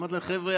אמרתי להם: חבר'ה,